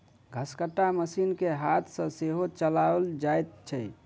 घसकट्टा मशीन के हाथ सॅ सेहो चलाओल जाइत छै